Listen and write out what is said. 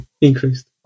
increased